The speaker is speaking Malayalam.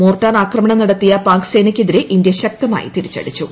മോർട്ടാർ ആക്രമണം നടത്തിയ പാക്സേനയ്ക്കെതിരെ ഇന്ത്യ ശക്തമായി തിരിച്ചുടിച്ചു